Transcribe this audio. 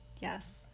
Yes